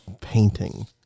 painting